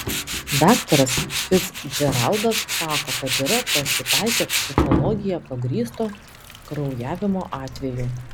daktaras ficdžeraldas sako kad yra pasitaikę psichologija pagrįsto kraujavimo atvejų